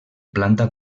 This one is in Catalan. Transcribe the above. planta